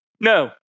No